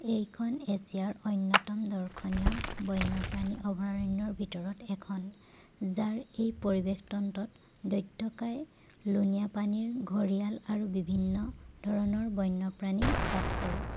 এইখন এছিয়াৰ অন্যতম দৰ্শনীয় বন্যপ্ৰাণী অভয়াৰণ্যৰ ভিতৰত এখন যাৰ এই পৰিৱেশ তন্ত্ৰত দৈত্যকায় লুণীয়া পানীৰ ঘঁৰিয়াল আৰু বিভিন্ন ধৰণৰ বন্যপ্ৰাণী বাস কৰে